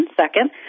second